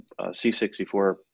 c64